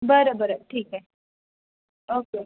बरं बरं ठीक आहे ओके